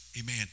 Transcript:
Amen